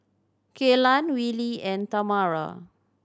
Kaylan Willie and Tamara